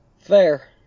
Fair